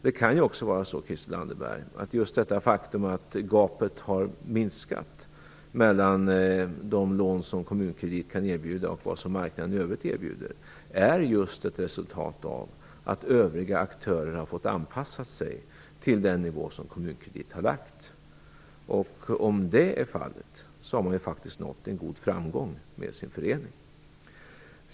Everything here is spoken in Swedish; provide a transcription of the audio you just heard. Det kan ju också vara så, Christel Anderberg, att just det faktum att gapet har minskat mellan de lån som Kommuninvest kan erbjuda och vad marknaden i övrigt erbjuder är just ett resultat av att övriga aktörer har fått anpassa sig till den nivå som Kommuninvest har lagt sig på. Om det är fallet har man ju faktiskt nått en god framgång med sin förening.